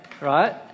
right